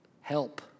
help